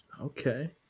Okay